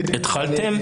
התחלתם?